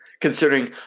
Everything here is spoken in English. considering